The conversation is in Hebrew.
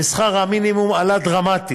ושכר המינימום עלה דרמטית,